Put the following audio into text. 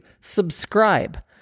Subscribe